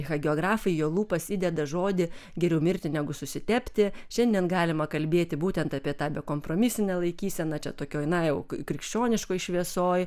hagiografija į jo lūpas įdeda žodį geriau mirti negu susitepti šiandien galima kalbėti būtent apie tą bekompromisinę laikyseną čia tokioj na jau krikščioniškoj šviesoj